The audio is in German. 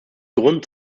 grund